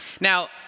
Now